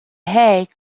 hay